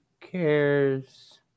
cares